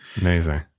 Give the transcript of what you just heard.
Amazing